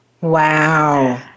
Wow